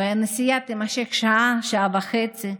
הנסיעה תימשך שעה, שעה וחצי,